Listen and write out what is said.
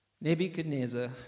Nebuchadnezzar